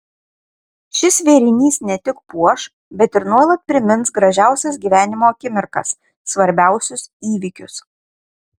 šis vėrinys ne tik puoš bet ir nuolat primins gražiausias gyvenimo akimirkas svarbiausius įvykius